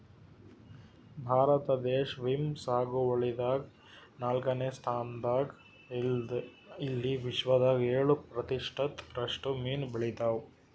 ಭಾರತ ದೇಶ್ ಮೀನ್ ಸಾಗುವಳಿದಾಗ್ ನಾಲ್ಕನೇ ಸ್ತಾನ್ದಾಗ್ ಇದ್ದ್ ಇಲ್ಲಿ ವಿಶ್ವದಾಗ್ ಏಳ್ ಪ್ರತಿಷತ್ ರಷ್ಟು ಮೀನ್ ಬೆಳಿತಾವ್